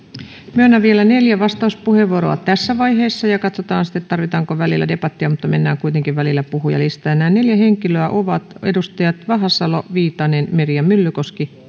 myönnän vielä neljä vastauspuheenvuoroa tässä vaiheessa ja katsotaan sitten tarvitaanko välillä debattia mutta mennään kuitenkin välillä puhujalistaan nämä neljä henkilöä ovat edustajat vahasalo viitanen meri ja myllykoski